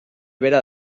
bera